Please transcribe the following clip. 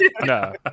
No